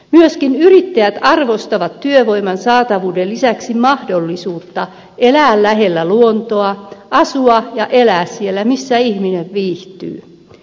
myöskin yrittäjät arvostavat työvoiman saatavuuden lisäksi mahdollisuutta elää lähellä luontoa asua ja elää siellä missä ihminen viihtyy